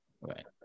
Right